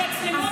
יש מצלמות פה.